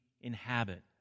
inhabit